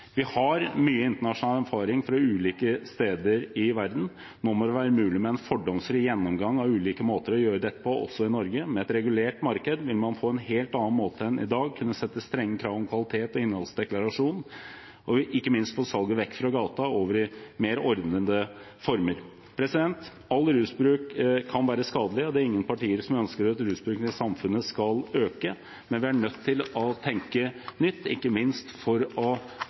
Vi har mye internasjonal erfaring fra ulike steder i verden. Nå må det være mulig med en fordomsfri gjennomgang av ulike måter å gjøre dette på også i Norge. Med et regulert marked vil man på en helt annen måte enn i dag kunne stille strenge krav om kvalitet og innholdsdeklarasjon, og ikke minst få salget vekk fra gaten og over i mer ordnede former. All rusbruk kan være skadelig, og det er ingen partier som ønsker at rusbruken i samfunnet skal øke. Men vi er nødt til å tenke nytt, ikke minst for å